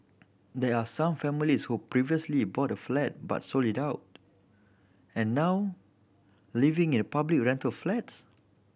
there are some families who previously bought a flat but sold it out and now living in public rental flats